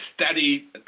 steady